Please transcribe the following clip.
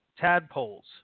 tadpoles